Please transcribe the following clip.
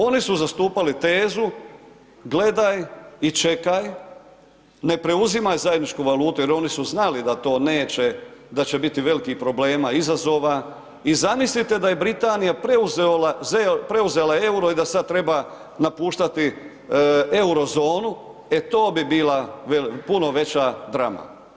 Oni su zastupali tezu gledaj i čekaj, ne preuzimaj zajedničku valutu jer oni su znali da to neće, da će biti velikih problema, izazova i zamislite da je Britanija preuzela euro i da sad treba napuštati euro zonu, e to bi bila puno veća drama.